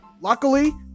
Luckily